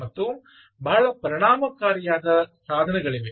ಮತ್ತು ಬಹಳ ಪರಿಣಾಮಕಾರಿಯಾದ ಸಾಧನಗಳಿವೆ